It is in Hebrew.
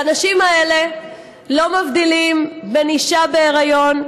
והאנשים האלה לא מבדילים בין אישה בהיריון,